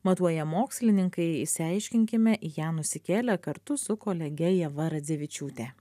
matuoja mokslininkai išsiaiškinkime į ją nusikėlę kartu su kolege ieva radzevičiūte